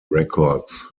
records